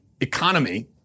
economy